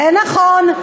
זה נכון.